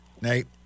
Nate